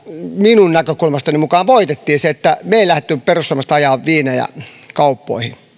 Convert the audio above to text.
minun näkökulmani mukaan voitettiin se että me perussuomalaiset emme lähteneet ajamaan viinejä kauppoihin